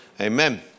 Amen